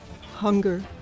hunger